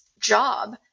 job